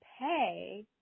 pay –